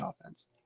offense